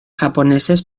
japoneses